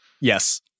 Yes